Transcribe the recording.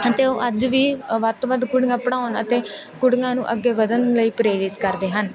ਅਤੇ ਉਹ ਅੱਜ ਵੀ ਅ ਵੱਧ ਤੋਂ ਵੱਧ ਕੁੜੀਆਂ ਪੜ੍ਹਾਉਣ ਅਤੇ ਕੁੜੀਆਂ ਨੂੰ ਅੱਗੇ ਵਧਣ ਲਈ ਪ੍ਰੇਰਿਤ ਕਰਦੇ ਹਨ